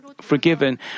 forgiven